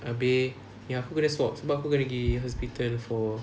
abeh ya aku kena swab sebab aku kena gi hospital for